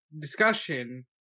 discussion